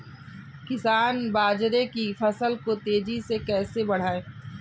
किसान बाजरे की फसल को तेजी से कैसे बढ़ाएँ?